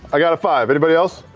i got a five, anybody else?